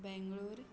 Bengaluru